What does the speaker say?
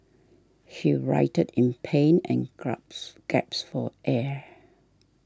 he writhed in pain and grabs gasped for air